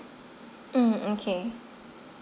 mm okay